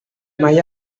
mai